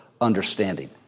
understanding